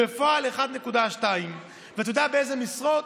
בפועל 1.2%. ואתה יודע באיזה משרות?